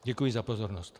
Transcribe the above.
Děkuji za pozornost.